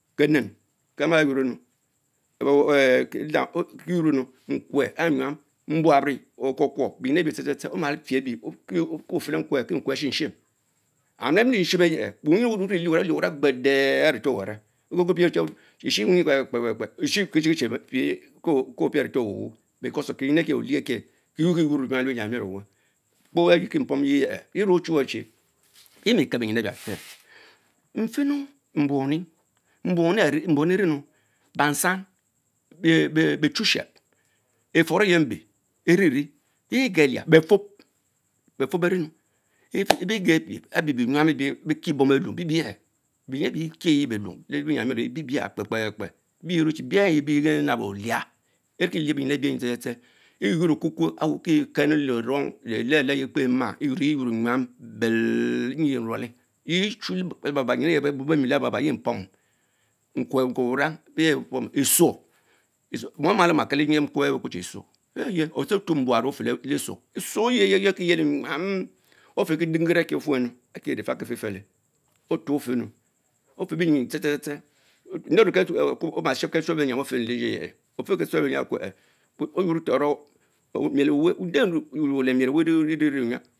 Kenen kama yuorr enm, nkwerr any eynor enun, mbugree okwokno benyimepie kpo beema Hwon ke nawe ashishin, and amile Shimshim enke olie warang ghedee enh avefor wileável, eshyeh kpekpe-кре estine kiest Chikie chie pie aretor Owuwun kecause of Kienyin ekino dich akich, Kieynor ku iymon enyan lebeyam mior owah kpo ayi-ki pom yiyer, fie me Ochmwe chi yemikel benyin ehh bia tse, nfenu, mbuonri, mbuoni eriennu, bansam, ena elin biesoshep efum ene mbe evirie ege Lia, befob befob beriennu, abie bie nyam, abive kie beling, Ligh, beni ebize bickieyen belung Lebieyamior oye birbis Kре крeкрe, yes me chi biajie bie-be-nabi-nab olish, wiki lkhe binyin the the the, eyum your le-okukue awch kie kene le oroug le-leh-le-leh ayie kpe mas lyurul jchenepam bell enyie nruole yeh nym eye beh bob bemi laba-laba the Pomiu, nkewe, nike wmng yeh pomn eshuar, oma maa omakela myin eyi be kuochie estuor, eyeh otuob tuob imbuarie ofch leeshur otuo Kidenkivic ekie ofreu akic wiki faki efele otuo fenu, Oferta benyin tich then then njie orivie lekuko oma Schep Ketuel bienyaun efenu, lefich ke tsuel bienyan akkue Oyuom toro miel ower, nde miel oweh iririenu rie nyam.